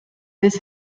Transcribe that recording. this